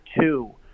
two